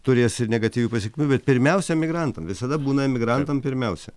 turės ir negatyvių pasekmių bet pirmiausia emigrantam visada būna emigrantam pirmiausia